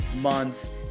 month